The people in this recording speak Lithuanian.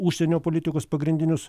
užsienio politikos pagrindinius